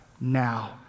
now